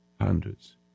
Hundreds